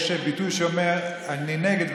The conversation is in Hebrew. יש ביטוי שאומר: אני נגד,